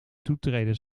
toetreden